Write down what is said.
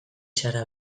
zara